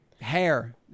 Hair